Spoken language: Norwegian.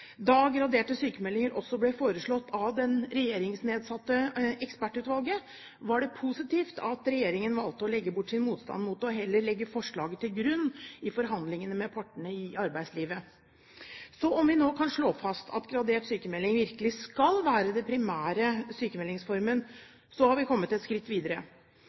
Da gradert sykmelding også ble foreslått av det regjeringsnedsatte ekspertutvalget, var det positivt at regjeringen valgte å legge bort sin motstand mot det og heller legge forslaget til grunn i forhandlingene med partene i arbeidslivet. Så om vi nå kan slå fast at gradert sykmelding virkelig skal være den primære sykmeldingsformen, har vi kommet ett skritt videre.